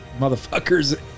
motherfuckers